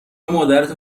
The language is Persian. مادرتو